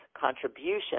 contribution